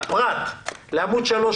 פרט לעמוד 3,